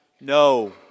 No